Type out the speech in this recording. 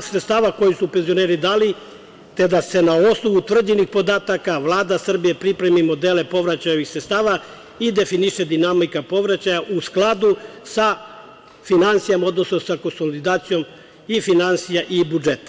sredstava koja su penzioneri dali, te da se na osnovu utvrđenih podataka Vlada Srbije pripremi modele povraćaja ovih sredstava i definiše dinamika povraćaja u skladu sa finansijama, odnosno sa konsolidacijom i finansija i budžeta.